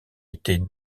était